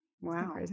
Wow